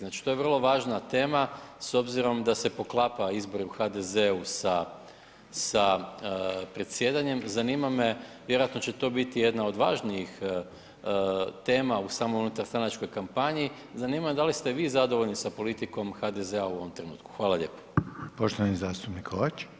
Znači to je vrlo važna tema s obzirom da se poklapa izbori u HDZ-u sa predsjedanjem, zanima me vjerojatno će to biti jedna od važnijih tema u samo unutarstranačkoj kampanji, zanima me da li ste vi zadovoljni sa politikom HDZ-a u ovom trenutku?